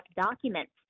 documents